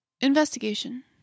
Investigation